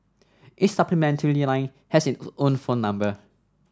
each supplementary line has its own phone number